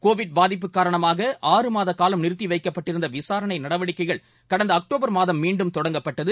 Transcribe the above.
Covid பாதிப்பு காரணமாக ஆறு மாதகாலம் நிறத்திவைக்கப்பட்டிருந்தவிசாரணைநடவடிக்கைகள் கடந்தஅக்டோபர் மாதம் மீண்டும் தொடங்கப்பட்டது